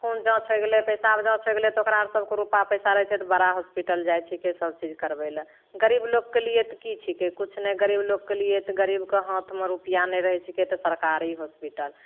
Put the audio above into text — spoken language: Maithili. खून जाँच हो गेलै पेसाब जाँच हो गेलै तऽ ओकरासभकेँ रुपा पइसा रहै छै तऽ बड़ा हॉस्पिटल जाइ छिकै सबचीज करबैले गरीब लोकके लिए तऽ कि छिकै किछु नहि गरीब लोकके लिए तऽ गरीबके हाथमे रुपैआ नहि रहै छिकै तऽ सरकारी हॉस्पिटल